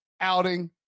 outing